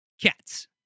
cats